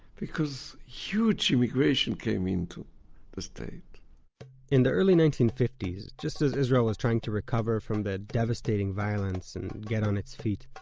because huge immigration came into the state in the early nineteen fifty s, just as israel was trying to recover from the devastating violence, and get on its feet,